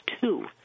two